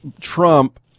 Trump